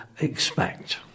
expect